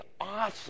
awesome